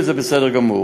וזה בסדר גמור.